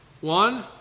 One